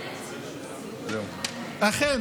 אכן